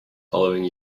following